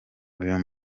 uyu